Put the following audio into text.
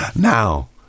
Now